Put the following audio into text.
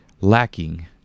lacking